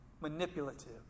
Manipulative